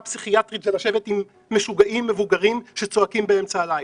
פסיכיאטרית ולשבת עם משוגעים מבוגרים שצועקים באמצע הלילה.